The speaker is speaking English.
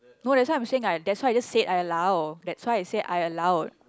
no that's why I'm saying I that's why I just said I allow that's why I say I allowed